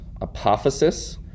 Apophysis